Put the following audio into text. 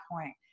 point